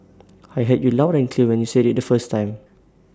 I heard you loud when you said IT the first time